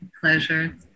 Pleasure